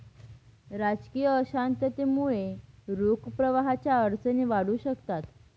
राजकीय अशांततेमुळे रोख प्रवाहाच्या अडचणी वाढू शकतात